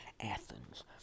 Athens